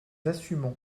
assumons